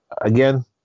again